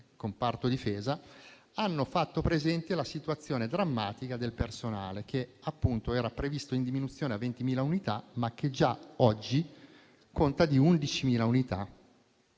comparto Difesa hanno evidenziato la situazione drammatica del personale, che era previsto in diminuzione a 20.000 unità, ma che già oggi conta 11.000 unità